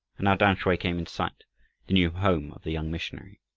and now tamsui came in sight the new home of the young missionary.